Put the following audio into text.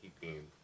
keeping